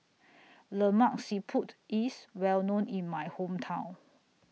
Lemak Siput IS Well known in My Hometown